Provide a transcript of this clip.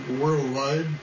worldwide